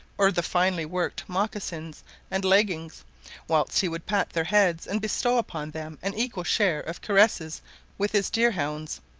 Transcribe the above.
or the finely-worked mocassins and leggings whilst he would pat their heads, and bestow upon them an equal share of caresses with his deer-hounds.